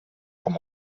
com